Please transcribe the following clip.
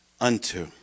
unto